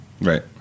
Right